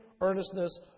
earnestness